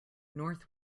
north